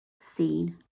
seen